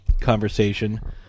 conversation